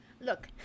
Look